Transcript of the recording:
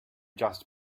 just